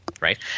right